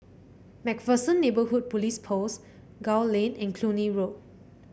MacPherson Neighbourhood Police Post Gul Lane and Cluny Road